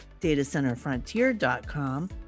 datacenterfrontier.com